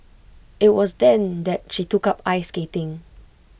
IT was then that she took up ice skating